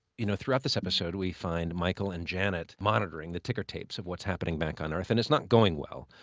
you know, throughout this episode, we find michael and janet monitoring the ticker tapes of what's happening back on earth, and it's not going well.